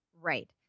Right